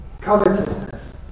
covetousness